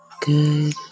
good